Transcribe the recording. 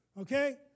okay